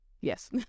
yes